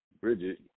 Bridget